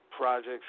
projects